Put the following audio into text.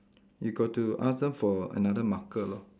you got to ask them for another marker lor